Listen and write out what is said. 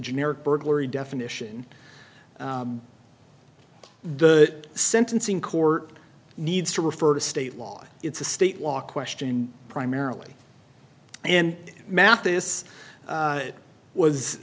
generic burglary definition the sentencing court needs to refer to state law it's a state law question primarily and mathis